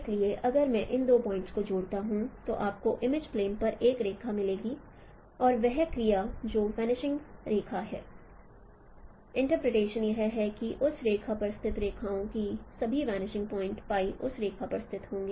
इसलिए अगर मैं इन दो पॉइंट्स को जोड़ता हूं तो आपको इमेज प्लेन पर एक रेखा मिलेगी और वह क्रिया जो वनिशिंग रेखा है इंटरप्रिटेशन यह है कि उस रेखा पर स्थित रेखाओं के सभी वनिशिंग पॉइंट उस रेखा पर स्थित होंगे